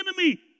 enemy